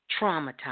traumatized